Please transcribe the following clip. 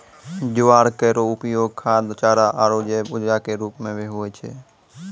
ज्वार केरो उपयोग खाद्य, चारा आरु जैव ऊर्जा क रूप म होय छै